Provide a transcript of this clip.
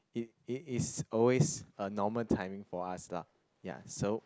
it it is always a normal timing for us lah ya so